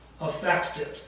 affected